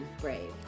brave